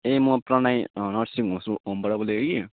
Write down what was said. ए म प्रणय नर्सिङ होस होमबाट बोलेको कि